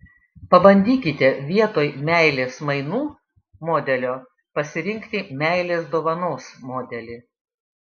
pabandykite vietoj meilės mainų modelio pasirinkti meilės dovanos modelį